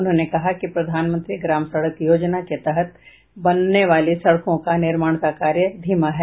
उन्होंने कहा कि प्रधानमंत्री ग्राम सड़क योजना के तहत बनने वाली सड़कों का निर्माण का कार्य धीमा है